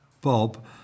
Bob